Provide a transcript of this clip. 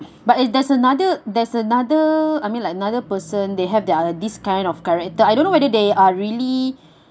but if there's another there's another I mean like another person they have their this kind of character I don't know whether they are really